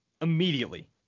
immediately